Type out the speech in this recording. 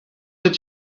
did